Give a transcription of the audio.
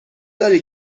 داری